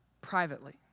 privately